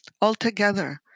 altogether